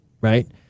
right